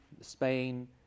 Spain